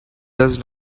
does